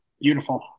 Beautiful